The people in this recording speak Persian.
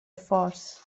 فارس